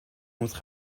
montre